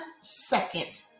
second